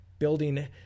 building